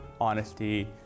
honesty